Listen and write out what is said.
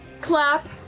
clap